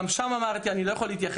גם שם אמרתי שאני לא יכול להתייחס.